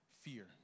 fear